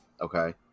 okay